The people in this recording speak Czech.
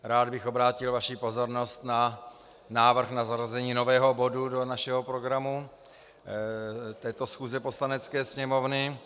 Rád bych obrátil vaši pozornost na návrh na zařazení nového bodu do našeho programu této schůze Poslanecké sněmovny.